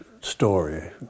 story